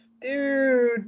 dude